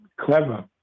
Clever